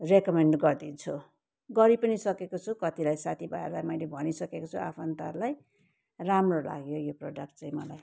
recommend गरिदिन्छु गरी पनि सकेको छु कतिलाई साथीभाइहरूलाई मैले भनिसकेको छु आफन्तहरूलाई राम्रो लाग्यो यो प्रोडक्ट चाहिँ मलाई